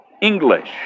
English